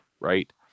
right